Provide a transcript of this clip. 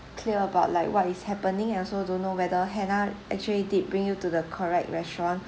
clear about like what is happening and I also don't know whether hannah actually did bring you to the correct restaurant